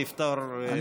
כן,